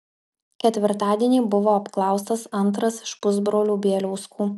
ketvirtadienį buvo apklaustas antras iš pusbrolių bieliauskų